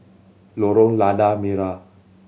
Lorong Lada Merah